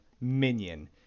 minion